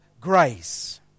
grace